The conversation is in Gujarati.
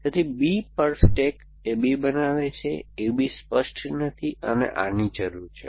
તેથી B પર સ્ટેક A B બનાવે છે A B સ્પષ્ટ નથી અને આની જરૂર છે